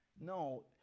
No